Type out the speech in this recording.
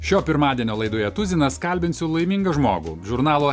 šio pirmadienio laidoje tuzinas kalbinsiu laimingą žmogų žurnalo